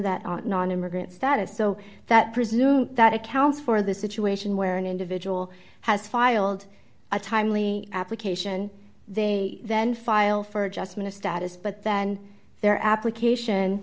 that nonimmigrant status so that presume that accounts for the situation where an individual has filed a timely application they then file for adjustment of status but then their application